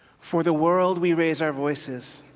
for the world we raise our voices,